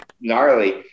gnarly